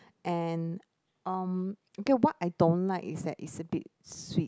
and um okay what I don't like is that it's a bit sweet